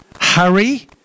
Hurry